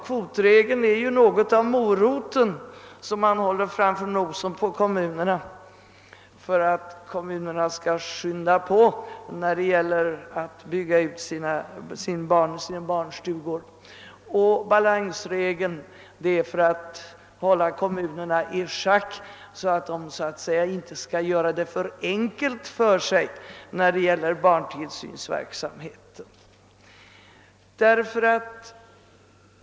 Kvotregeln är ju liksom moroten som man visar kommunerna för att de skall skynda sig att bygga barnstugor, och balansregeln avser att hålla kommunerna i schack så att de inte så att säga skall göra det för enkelt för sig när det gäller barntillsynsverksamheten.